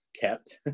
kept